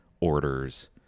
orders